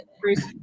Bruce